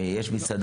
מסוים,